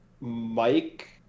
Mike